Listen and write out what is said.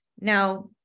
now